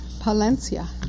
Palencia